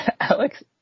Alex